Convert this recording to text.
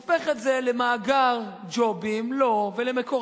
הופך את זה למאגר ג'ובים לו ולמקורביו,